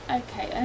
okay